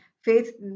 faith